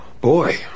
boy